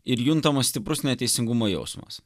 ir juntamas stiprus neteisingumo jausmas